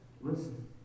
listen